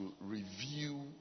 review